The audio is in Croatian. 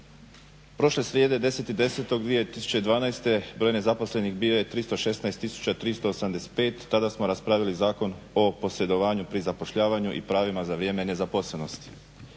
Prošle srijede 10.10.2012. broj nezaposlenih bio je 316385, tada smo raspravljali zakon o posredovanju pri zapošljavanju i pravima za vrijeme nezaposlenosti.